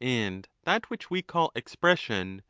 and that which we call expression,